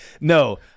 No